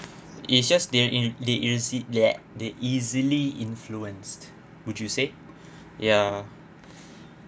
is just they easy they easy they easily influenced would you say ya